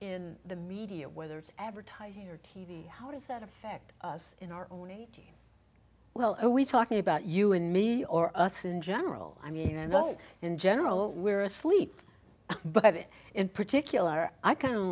in the media whether it's advertising or t v how does that affect us in our own a g well are we talking about you and me or us in general i mean i know in general we're asleep but in particular i